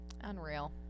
Unreal